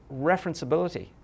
referenceability